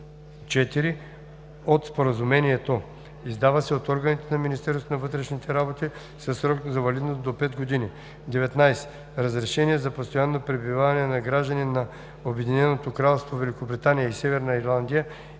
(4) от Споразумението“ – издава се от органите на Министерството на вътрешните работи със срок на валидност до 5 години; 19. разрешение за постоянно пребиваване на гражданин на Обединеното кралство Великобритания и Северна Ирландия